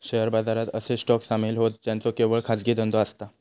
share बाजारात असे stock सामील होतं ज्यांचो केवळ खाजगी धंदो असता